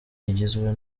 igizwe